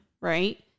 right